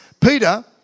Peter